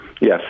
Yes